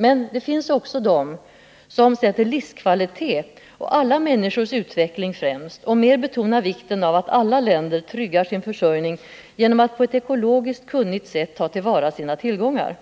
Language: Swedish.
Men det finns också de som sätter livskvalitet och alla människors utveckling främst och mer betonar vikten av att alla länder tryggar sin försörjning genom att på ett ekologiskt kunnigt sätt ta till vara sina tillgångar.